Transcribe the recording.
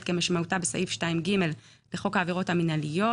כמשמעותה בסעיף 2(ג) לחוק העבירות המינהליות,